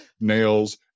nails